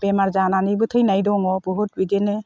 बेमार जानानैबो थैनाय दङ बहुद बिदिनो